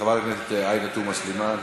חברת הכנסת עאידה תומא סלימאן.